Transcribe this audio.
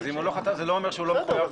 אם הוא לא חתם, זה לא אומר שהוא לא מחויב בהם.